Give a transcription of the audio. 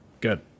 Good